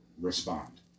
respond